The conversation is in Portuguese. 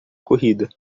corrida